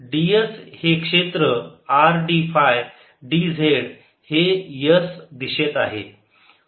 तर ds हे क्षेत्र R d फाय dz हे s दिशेत आहे